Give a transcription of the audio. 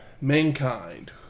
Mankind